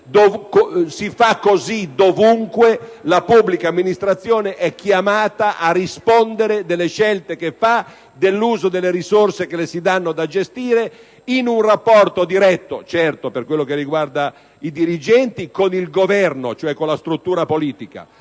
Si fa così dovunque la pubblica amministrazione è chiamata a rispondere delle scelte che fa e dell'uso delle risorse che le si danno da gestire in un rapporto diretto dei dirigenti con il Governo, cioè con la struttura politica,